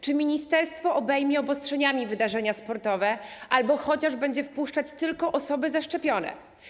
Czy ministerstwo obejmie obostrzeniami wydarzenia sportowe albo chociaż będzie wpuszczać tylko osoby zaszczepione?